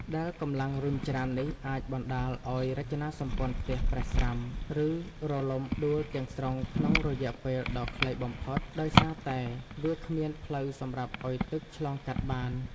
ដែលកម្លាំងរុញច្រាននេះអាចបណ្ដាលឱ្យរចនាសម្ព័ន្ធផ្ទះប្រេះស្រាំ ឬរលំដួលទាំងស្រុងក្នុងរយៈពេលដ៏ខ្លីបំផុត ដោយសារតែវាគ្មានផ្លូវសម្រាប់ឱ្យទឹកឆ្លងកាត់បាន។